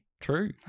true